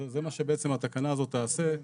זה בעצם מה שהתקנה הזאת תעשה.